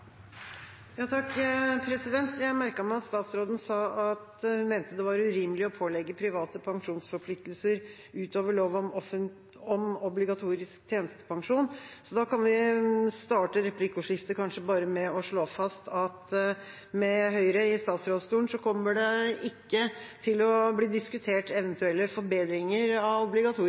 Jeg merket meg at statsråden sa at hun mente det var urimelig å pålegge private pensjonsforpliktelser utover lov om obligatorisk tjenestepensjon. Da kan vi kanskje starte replikkordskiftet med å slå fast at med Høyre i statsrådsstolen kommer det ikke til å bli diskutert eventuelle forbedringer av